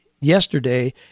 yesterday